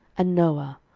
and noah,